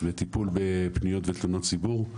לטיפול בפניות ותלונות ציבור,